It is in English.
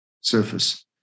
surface